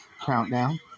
countdown